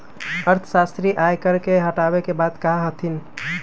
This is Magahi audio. अर्थशास्त्री आय कर के हटावे के बात कहा हथिन